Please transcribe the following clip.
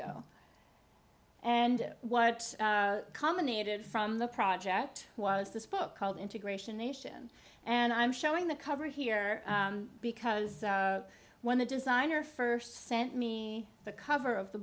go and what common native from the project was this book called integration nation and i'm showing the cover here because when the designer first sent me the cover of the